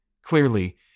Clearly